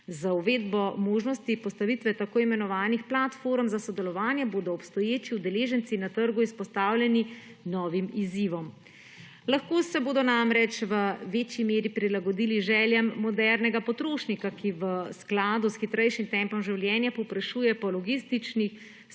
Z uvedbo možnosti postavitve tako imenovanih platform za sodelovanje bodo obstoječi udeleženci na trgu izpostavljeni novim izzivom. Lahko se bodo namreč v večji meri prilagodili željam modernega potrošnika, ki v skladu s hitrejšim tempom življenja povprašuje po logističnih